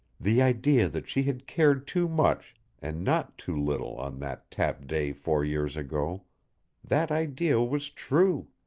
the idea that she had cared too much and not too little on that tap day four years ago that idea was true.